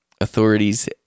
Authorities